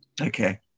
okay